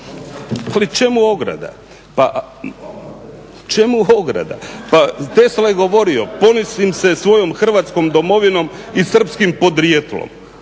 Ali čemu ograda, pa čemu ograda. Pa Tesla je govorio ponosim se svojom Hrvatskom domovinom i srpskim podrijetlom